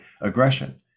aggression